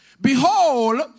Behold